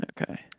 Okay